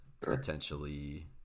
Potentially